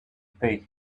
pay